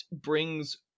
brings